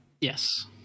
Yes